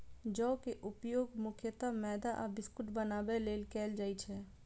जौ के उपयोग मुख्यतः मैदा आ बिस्कुट बनाबै लेल कैल जाइ छै